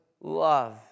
love